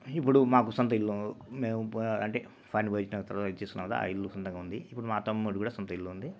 ఇప్పుడు మాకు సొంత ఇల్లు మేము పా అంటే ఫారెన్ పోయొచ్చిన తర్వాత ఇచ్చేసుకున్న కదా ఆ ఇల్లు సొంతంగా ఉంది ఇప్పుడు మా తమ్ముడు కూడా సొంత ఇల్లు ఉంది